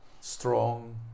strong